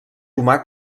humà